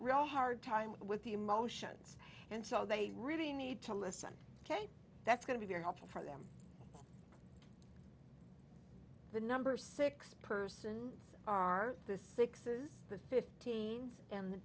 real hard time with the emotions and so they really need to listen ok that's going to be helpful for them the number six persons are the sixes the fifteenth and